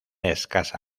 escasa